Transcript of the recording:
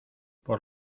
por